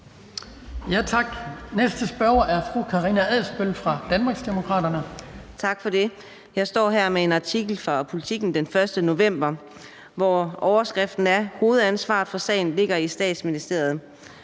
Næste spørger er fru Karina Adsbøl fra Danmarksdemokraterne. Kl. 17:50 Karina Adsbøl (DD): Tak for det. Jeg står her med en artikel fra Politiken den 1. november, hvor overskriften er »Claus Hjort: »Hovedansvaret for sagen ligger i Statsministeriet««.